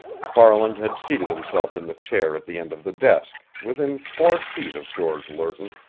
farland had seated himself in the chair at the end of the desk, within four feet of george lerton.